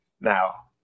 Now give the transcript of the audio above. Now